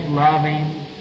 Loving